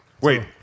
Wait